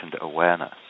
awareness